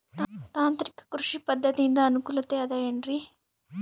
ತಾಂತ್ರಿಕ ಕೃಷಿ ಪದ್ಧತಿಯಿಂದ ಅನುಕೂಲತೆ ಅದ ಏನ್ರಿ?